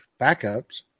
backups